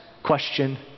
question